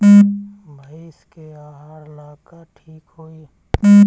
भइस के आहार ला का ठिक होई?